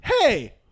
hey